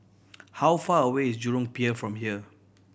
how far away is Jurong Pier from here